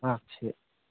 ꯃꯍꯥꯛꯁꯦ